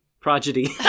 prodigy